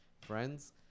friends